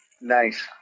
Nice